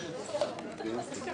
זו החצר האחורית,